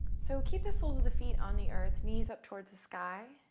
so, keep the soles of the feet on the earth, knees up towards the sky.